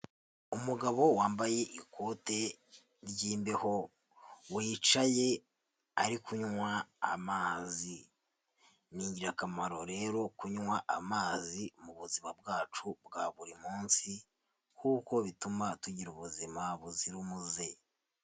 Umugabo wambaye ikote ry'imbeho wicaye ari kunywa amazi, ni ingirakamaro rero kunywa amazi mu buzima bwacu bwa buri munsi, kuko bituma tugira ubuzima buzira umuze.